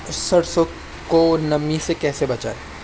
सरसो को नमी से कैसे बचाएं?